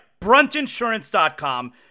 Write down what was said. bruntinsurance.com